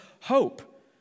hope